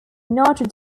notre